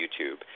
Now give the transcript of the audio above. YouTube